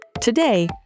Today